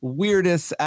weirdest